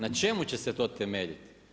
Na čemu će se to temeljiti?